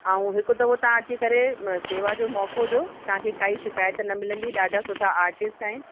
ऐं हिकु दफ़ो तव्हां अची करे म सेवा जो मौक़ो ॾियो तव्हांखे काई शिकायत न मिलंदी ॾाढा सुठा आर्टिस्ट आहिनि